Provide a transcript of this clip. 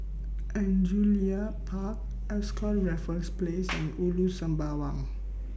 Angullia Park Ascott Raffles Place and Ulu Sembawang